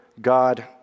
God